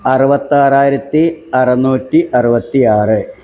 അറുപത്താറായിരത്തി അറുന്നൂറ്റി അറുപത്തിയാറ്